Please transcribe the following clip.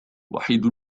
وحيد